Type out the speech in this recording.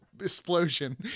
explosion